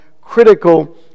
critical